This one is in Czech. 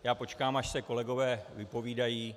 Já počkám, až se kolegové vypovídají.